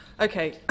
Okay